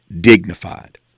dignified